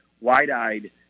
wide-eyed